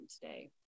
today